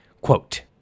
Quote